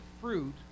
fruit